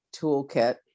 toolkit